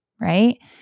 right